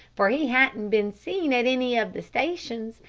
for he hadn't been seen at any of the stations,